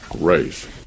race